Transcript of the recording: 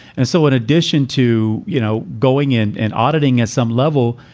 and so in addition to, you know, going in and auditing at some level,